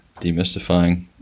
demystifying